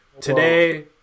today